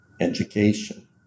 education